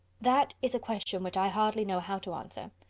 that is a question which i hardly know how to answer.